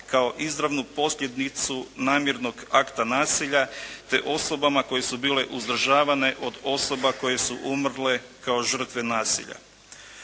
kao izravnu posljedicu namjernog akta nasilja te osobama koje su bile uzdržavane od osoba koje su umrle kao žrtve nasilja.